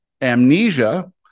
amnesia